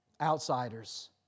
Outsiders